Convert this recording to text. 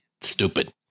stupid